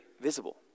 visible